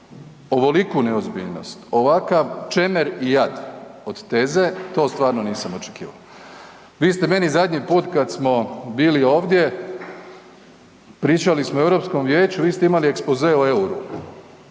ovoliku neozbiljnost ovakav čemer i jad od teze to stvarno nisam očekivao. Vi ste meni zadnji put kad smo bili ovdje, pričali smo o Europskom vijeću, vi ste imali ekspoze o EUR-u.